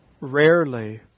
Rarely